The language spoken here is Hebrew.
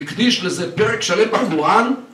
הקדיש לזה פרק שלם בקוראן